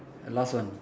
last one